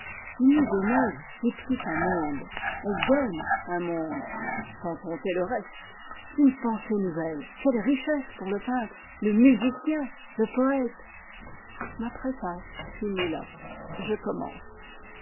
une idée neuve est plus qu'un monde elle donne un monde sans compter le reste une pensée nouvelle quelles richesses pour le peintre le musicien le poète ma préface finit là je commence